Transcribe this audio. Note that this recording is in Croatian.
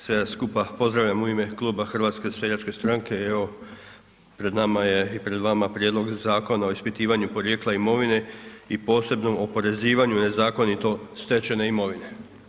Sve vas skupa pozdravljam u ime HSS-a i evo, pred nama je i pred vama prijedlog Zakona o ispitivanju porijekla imovine i posebnom oporezivanju nezakonito stečene imovine.